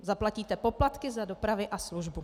Zaplatíte poplatky za dopravy a služby.